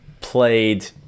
played